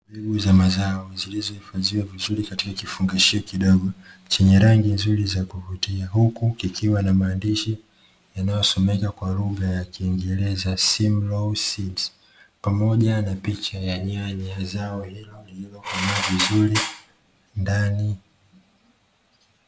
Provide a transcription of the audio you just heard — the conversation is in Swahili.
Mbegu za mazao zilizohifadhiwa vizuri katika kifungashio kidogo chenye rangi nzuri za kuvutia, huku kikiwa na maandishi yanayosomeka kwa lugha ya kiingereza 'Simlaw Seeds' pamoja na picha ya nyanya zao lililo komaa vizuri zaidi ndani.